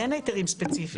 אין היתרים ספציפיים.